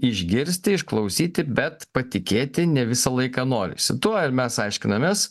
išgirsti išklausyti bet patikėti ne visą laiką norisi tuo ir mes aiškinamės